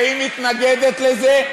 והיא מתנגדת לזה,